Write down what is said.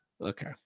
Okay